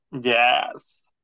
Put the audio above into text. Yes